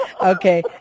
Okay